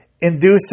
inducing